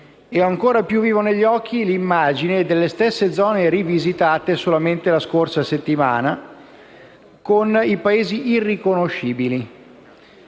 e ancora più vivo ho negli occhi l'immagine delle stesse zone, visitate di nuovo solamente la scorsa settimana, con i paesi irriconoscibili,